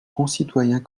concitoyens